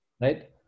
Right